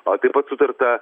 a taip pat sutarta